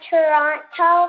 Toronto